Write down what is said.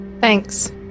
Thanks